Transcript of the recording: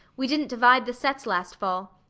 we didn't divide the sets last fall.